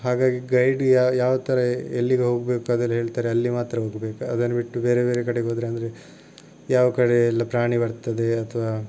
ಹಾಗಾಗಿ ಗೈಡ್ ಯಾವ ಯಾವ ಥರ ಎಲ್ಲಿಗೆ ಹೋಗಬೇಕು ಅದೆಲ್ಲ ಹೇಳ್ತಾರೆ ಅಲ್ಲಿ ಮಾತ್ರ ಹೋಗಬೇಕು ಅದನ್ನು ಬಿಟ್ಟು ಬೇರೆ ಬೇರೆ ಕಡೆಗೆ ಹೋದರೆ ಅಂದರೆ ಯಾವ ಕಡೆ ಎಲ್ಲ ಪ್ರಾಣಿ ಬರ್ತದೆ ಅಥವಾ